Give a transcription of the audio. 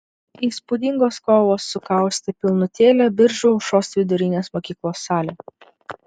įspūdingos kovos sukaustė pilnutėlę biržų aušros vidurinės mokyklos salę